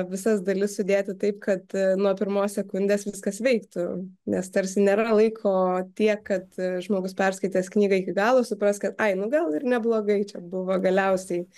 visas dalis sudėti taip kad nuo pirmos sekundės viskas veiktų nes tarsi nėra laiko tiek kad žmogus perskaitęs knygą iki galo supras kad ai nu gal ir neblogai čia buvo galiausiai